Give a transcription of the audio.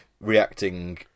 reacting